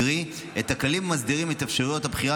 קרי את הכלים המסדירים את אפשרויות הבחירה